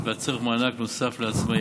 אין חכמה כבעלת הניסיון.